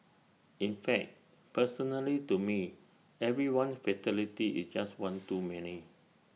in fact personally to me every one fatality is just one too many